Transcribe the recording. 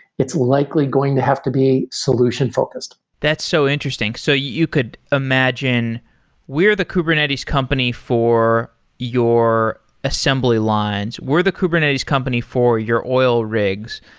it's likely going to have to be solution focused. that's so interesting. so you could imagine we're the kubernetes company for your assembly lines. we're the kubernetes company for your oil rigs,